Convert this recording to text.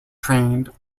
trained